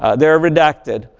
ah they are redacted,